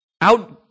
out